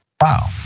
Wow